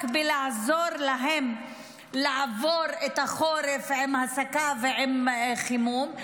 בלעזור להם לעבור את החורף עם הסקה ועם חימום,